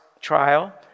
trial